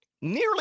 nearly